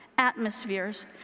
atmospheres